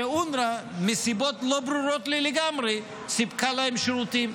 שאונר"א מסיבות שלא ברורות לי לגמרי סיפקה להם שירותים.